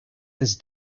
this